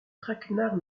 traquenard